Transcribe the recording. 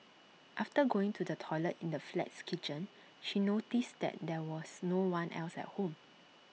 after going to the toilet in the flat's kitchen she noticed that there was no one else at home